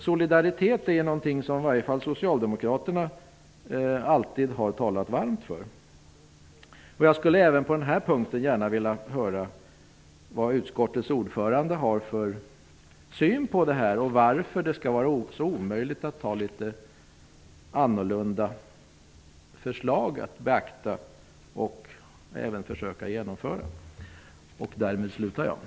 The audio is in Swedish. Solidaritet är något som i alla fall socialdemokraterna alltid har talat varmt för. Jag skulle även på den här punkten vilja höra vad utskottets ordförande har för syn på detta och varför det skall vara så omöjligt att beakta och även försöka genomföra litet annorlunda förslag.